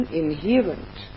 inherent